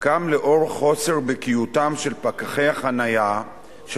קם לאור חוסר בקיאותם של פקחי החנייה של